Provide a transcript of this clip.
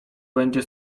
będzie